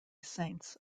saints